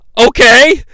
Okay